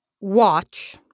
watch